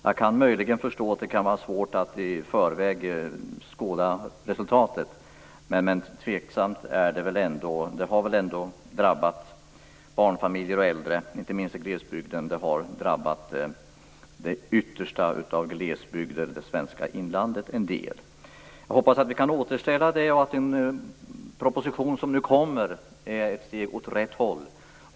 Jag kan förstå att det kan vara svårt att förutsäga resultatet, men det är ändå tveksamt. Åtgärderna har drabbat barnfamiljer och äldre inte minst i glesbygden. De har drabbat det yttersta av glesbygden och det svenska inlandet en del. Jag hoppas att vi kan återställa det och att den proposition som nu kommer är ett steg åt rätt håll.